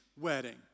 wedding